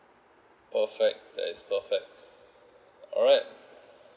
perfect that is perfect alright